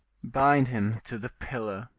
bind him to the pillar.